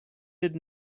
did